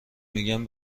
میگن